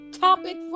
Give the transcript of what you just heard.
topic